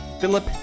Philip